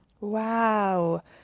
Wow